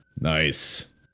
Nice